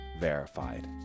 Verified